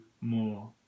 more